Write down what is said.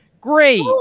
great